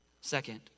Second